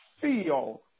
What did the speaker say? feel